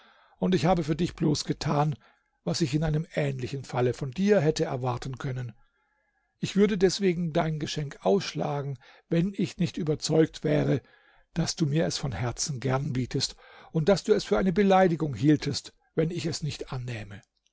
und ich habe für dich bloß getan was ich in einem ähnlichen falle von dir hätte erwarten können ich würde deswegen dein geschenk ausschlagen wenn ich nicht überzeugt wäre daß du mir es von herzen gern bietest und daß du es für eine beleidigung hieltest wenn ich es nicht annähme